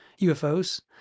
UFOs